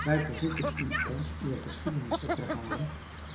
wij verzoeken u ons uwe geschiedenis te verhalen